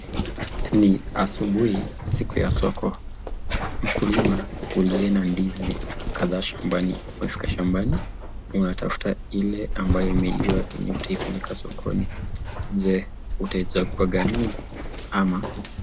Hii ni asubuhi siku ya soko mkulima uliye na ndizi kadhaa katika, shamba anatafuta ile ambaye imeiva apeleke sokoni je utaichagua gani ama.